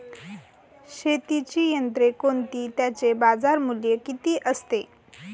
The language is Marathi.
शेतीची यंत्रे कोणती? त्याचे बाजारमूल्य किती असते?